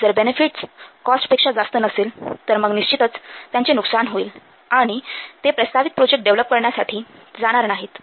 जर benefits cost पेक्षा जास्त नसेल तर मग निश्चितच त्यांचे नुकसान होईल आणि ते प्रस्तावित प्रोजेक्ट डेव्हलप करण्यासाठी जाणार नाहीत